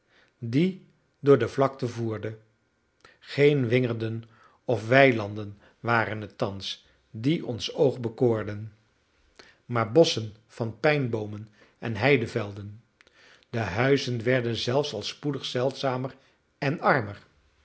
die door de vlakte voerde geen wingerden of weilanden waren het thans die ons oog bekoorden maar bosschen van pijnboomen en heidevelden de huizen werden zelfs al spoedig zeldzamer en armer